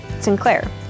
Sinclair